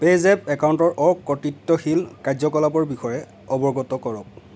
PayZapp একাউণ্টৰ অকৰ্তৃত্বশীল কাৰ্য্য কলাপৰ বিষয়ে অৱগত কৰক